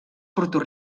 porto